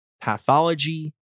pathology